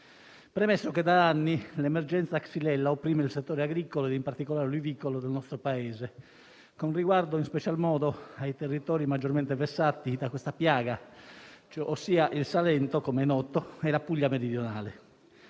Premesso che: da anni l'emergenza *Xylella* opprime il settore agricolo ed in particolare olivicolo del nostro Paese, con riguardo in special modo ai territori maggiormente vessati da questa "piaga", ossia il Salento e la Puglia meridionale;